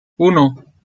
uno